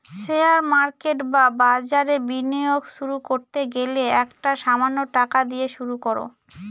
share market বা বাজারে বিনিয়োগ শুরু করতে গেলে একটা সামান্য টাকা দিয়ে শুরু করো